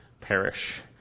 perish